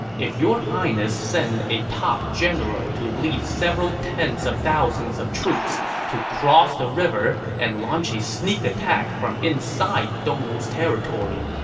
if your highness send a top general to lead several tens of thousands of troops to cross the river and launch a sneak attack from inside dongwu's territory,